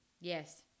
Yes